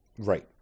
Right